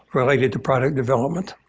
related to product development.